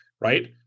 right